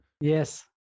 Yes